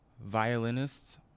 violinists